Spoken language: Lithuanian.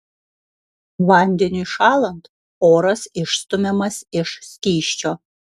vandeniui šąlant oras išstumiamas iš skysčio